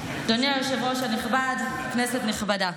אדוני היושב-ראש הנכבד, כנסת נכבדה,